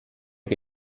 che